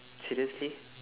seriously